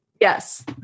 yes